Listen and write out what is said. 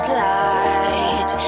light